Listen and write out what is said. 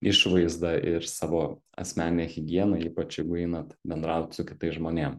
išvaizdą ir savo asmeninę higieną ypač jeigu einat bendraut su kitais žmonėm